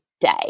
day